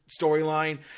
storyline